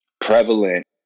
prevalent